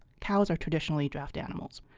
cows are traditionally draft animals,